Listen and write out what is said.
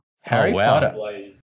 Harry